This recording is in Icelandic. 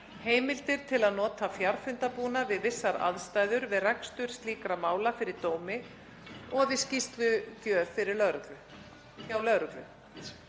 heimildir til að nota fjarfundarbúnað við vissar aðstæður við rekstur slíkra mála fyrir dómi og við skýrslugjöf hjá lögreglu.